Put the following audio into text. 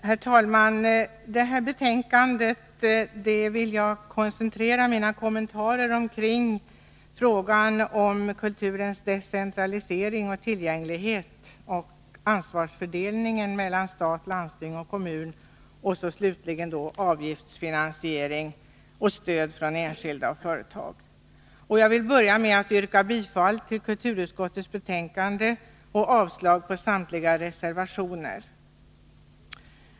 Herr talman! Jag vill koncentrera mina kommentarer till det här betänkandet kring frågor om kulturens decentralisering och tillgänglighet, om ansvarsfördelningen mellan stat, landsting och kommun och slutligen om avgiftsfinansiering och stöd från enskilda och företag. Jag vill börja med att yrka bifall till kulturutskottets hemställan, vilket innebär avslag på samtliga reservationer.